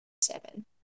seven